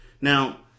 Now